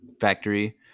factory